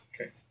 Okay